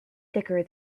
thicker